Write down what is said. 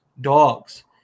Dogs